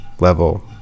level